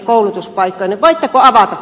arvoisa puhemies